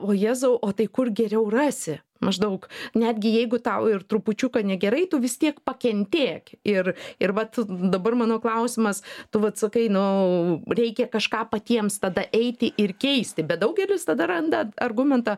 o jėzau o tai kur geriau rasi maždaug netgi jeigu tau ir trupučiuką negerai tu vis tiek pakentėk ir ir vat dabar mano klausimas tu vat atsakai nu reikia kažką patiems tada eiti ir keisti bet daugelis tada randa argumentą